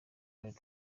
donald